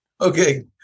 Okay